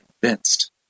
convinced